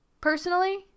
personally